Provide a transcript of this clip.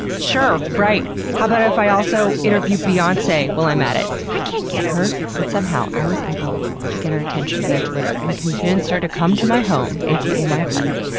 sure! right! how about but if i also interview beyonce while i'm at it! i can't get her! but somehow i was able to get her attention via twitter and convince her to come to my home, aka my apartment,